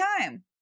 time